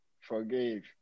Forgive